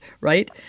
right